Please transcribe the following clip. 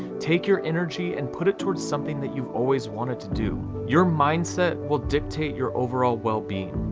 take your energy and put it towards something that you've always wanted to do. your mindset will dictate your overall well-being.